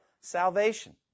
Salvation